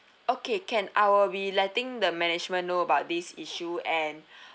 okay can I will be letting the management know about this issue and